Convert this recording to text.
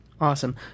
Awesome